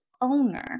owner